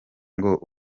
ngo